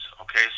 Okay